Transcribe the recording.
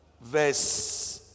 verse